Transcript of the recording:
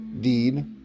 deed